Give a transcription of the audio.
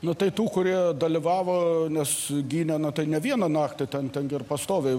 nu tai tų kurie dalyvavo nes gynė nuo tai ne vieną naktį ten ten gi ir pastoviai